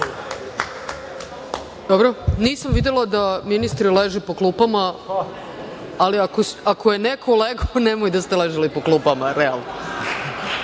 Dobro, nisam videla da ministri leže po klupama, ali ako je neko legao, nemojte da ste ležali po klupama. Hvala